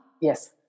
Yes